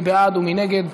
מי בעד ומי נגד?